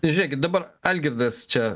žiūrėkit dabar algirdas čia